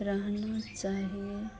रहना चाहिए